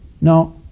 Now